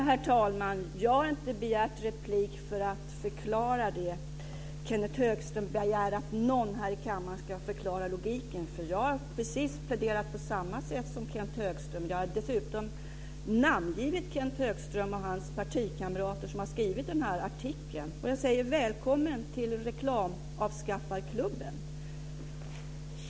Herr talman! Jag har inte begärt replik för att förklara det här - Kenth Högström begär att någon här i kammaren ska förklara logiken. Jag har nämligen pläderat på precis samma sätt som Kenth Högström. Jag har dessutom namngivit Kenth Högström och hans partikamrater som har skrivit den här artikeln. Jag säger: Välkommen till reklamskatteavskaffarklubben!